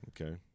Okay